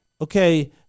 okay